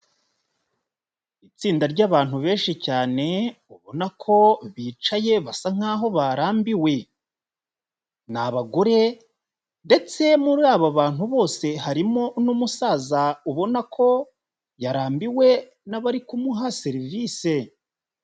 Itsinda ry'abantu benshi cyane ubona ko bicaye basa nk'aho barambiwe, ni abagore ndetse muri aba bantu bose harimo n'umusaza ubona ko yarambiwe n'abari kumuha serivise.